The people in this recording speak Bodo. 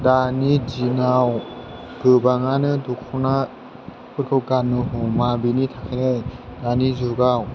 दानि दिनाव गोबाङानो दख'नाफोरखौ गाननो हमा बेनि थाखायनो दानि जुगाव